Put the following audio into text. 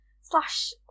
Slash